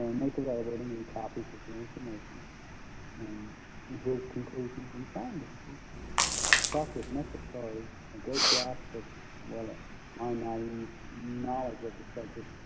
um make available to me copies of the information and his conclusions and findings talked with much authority a great grasp of ah my naive knowledge of the subject